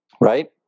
right